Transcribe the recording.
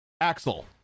Axel